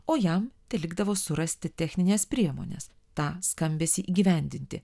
o jam telikdavo surasti technines priemones tą skambesį įgyvendinti